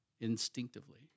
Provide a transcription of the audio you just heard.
instinctively